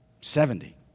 Seventy